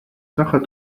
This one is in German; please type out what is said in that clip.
sacher